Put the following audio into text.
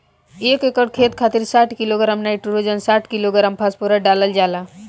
एक एकड़ खेत खातिर साठ किलोग्राम नाइट्रोजन साठ किलोग्राम फास्फोरस डालल जाला?